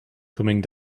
coming